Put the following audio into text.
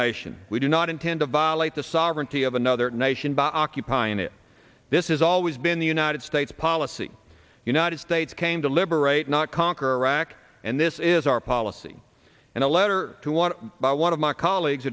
nation we do not intend to violate the sovereignty of another nation by occupying it this is always been the united states policy united states came to liberate not conquer iraq and this is our policy and a letter to want to buy one of my colleagues